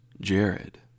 jared